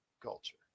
Culture